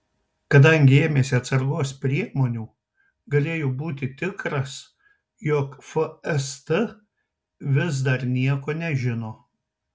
kadangi ėmėsi atsargos priemonių galėjo būti tikras jog fst vis dar nieko nežino